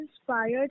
inspired